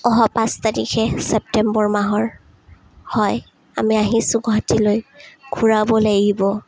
অহ পাঁচ তাৰিখে চেপ্তেম্বৰ মাহৰ হয় আমি আহিছোঁ গুৱাহাটীলৈ ঘূৰাব লাগিব